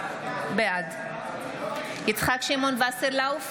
בעד יצחק שמעון וסרלאוף,